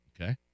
Okay